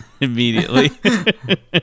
immediately